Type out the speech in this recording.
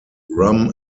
rum